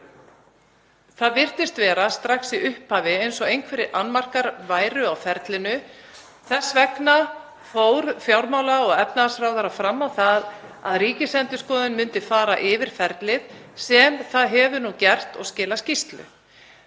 það virtist vera strax í upphafi eins og einhverjir annmarkar væru á ferlinu. Þess vegna fór fjármála- og efnahagsráðherra fram á það að Ríkisendurskoðun myndi fara yfir ferlið, sem hún hefur nú gert og skilað skýrslu.